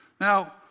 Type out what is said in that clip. Now